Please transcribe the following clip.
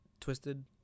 twisted